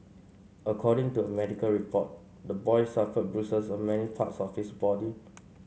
according to a medical report the boy suffered bruises on many parts of his body